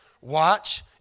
Watch